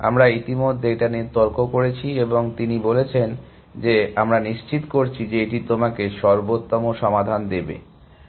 আমরা ইতিমধ্যে এটা নিয়ে তর্ক করেছি এবং তিনি বলেছেন যে আমরা নিশ্চিত করছি যে এটি তোমাকে সর্বোত্তম সমাধান দেবে